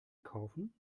kaufen